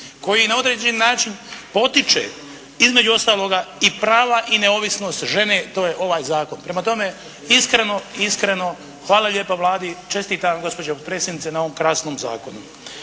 koji na određeni način potiče između ostaloga i prava i neovisnost žene to je ovaj Zakon. Prema tome iskreno, iskreno hvala lijepa Vladi. Čestitam gospođo predsjednice na ovom krasnom zakonu.